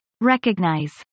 Recognize